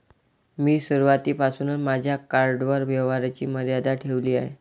मी सुरुवातीपासूनच माझ्या कार्डवर व्यवहाराची मर्यादा ठेवली आहे